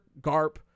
garp